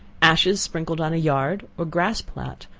ashes sprinkled on a yard, or grass plat,